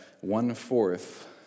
one-fourth